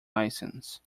license